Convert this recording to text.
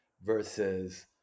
versus